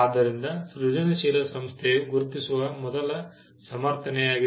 ಆದ್ದರಿಂದ ಸೃಜನಶೀಲ ಸಂಸ್ಥೆಯು ಗುರುತಿಸುವ ಮೊದಲ ಸಮರ್ಥನೆಯಾಗಿದೆ